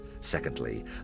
Secondly